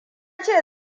ce